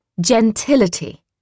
Gentility